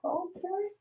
okay